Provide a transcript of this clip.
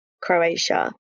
Croatia